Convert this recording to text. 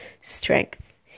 strength